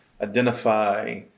identify